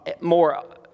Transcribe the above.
more